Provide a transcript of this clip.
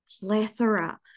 plethora